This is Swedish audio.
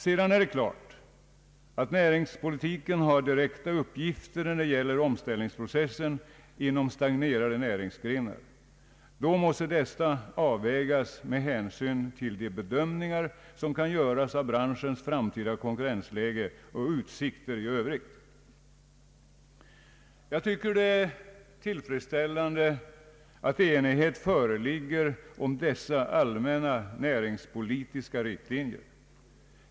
Sedan är det klart, att näringspolitiken har direkta uppgifter när det gäller omställningsprocessen inom stagnerande näringsgrenar. Då måste dessa avvägas med hänsyn till de bedömningar som kan göras av branschens framtida konkurrensläge och utsikter i övrigt. Jag tycker det är tillfredsställande att enighet föreligger om dessa allmänna näringspolitiska = riktlinjer.